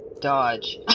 Dodge